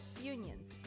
unions